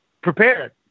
prepared